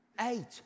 Eight